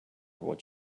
what